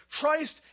Christ